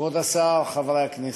כבוד השר, חברי הכנסת,